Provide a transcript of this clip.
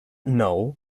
noel